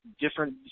different –